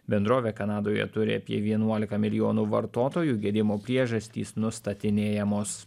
bendrovė kanadoje turi apie vienuolika milijonų vartotojų gedimo priežastys nustatinėjamos